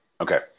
Okay